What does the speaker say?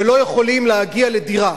ולא יכולים להגיע לדירה,